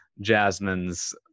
Jasmine's